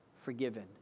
forgiven